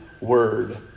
word